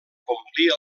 complir